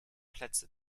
plätze